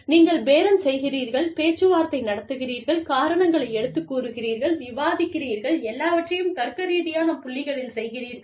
நீங்கள் பேரம் செய்கிறீர்கள் பேச்சுவார்த்தை நடத்துகிறீர்கள் காரணங்களை எடுத்துக் கூறுகிறீர்கள் விவாதிக்கிறீர்கள் எல்லாவற்றையும் தர்க்கரீதியான புள்ளிகளில் செய்கிறீர்கள்